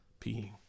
peeing